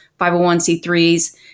501c3s